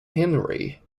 henry